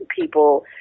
people